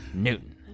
newton